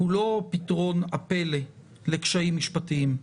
לא פתרון הפלא לקשיים משפטיים.